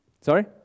Sorry